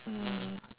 mm